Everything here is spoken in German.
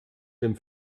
dem